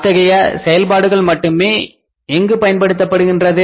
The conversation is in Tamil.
இத்தகைய செயல்பாடுகள் மட்டுமே எங்கு பயன்படுத்தப்படுகின்றது